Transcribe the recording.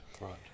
right